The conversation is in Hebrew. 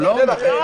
הוא לא אומר.